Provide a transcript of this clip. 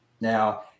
now